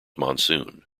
monsoon